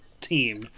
team